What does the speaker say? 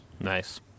Nice